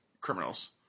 criminals